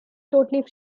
totally